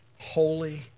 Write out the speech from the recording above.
holy